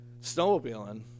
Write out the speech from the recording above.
snowmobiling